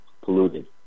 polluted